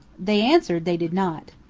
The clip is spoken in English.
they answered they did not.